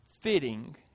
fitting